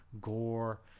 gore